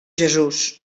jesús